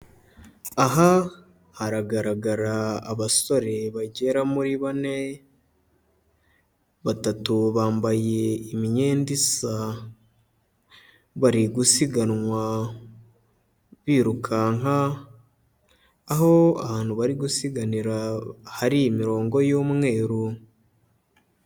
Aha haragaragara abasore bagera muri bane, batatu bambaye imyenda isa, bari gusiganwa birukanka, aho ahantu bari gusiganira hari imirongo y'umweru.